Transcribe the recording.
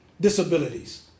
disabilities